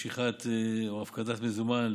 משיכה או הפקדה של מזומן,